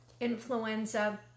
influenza